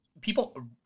people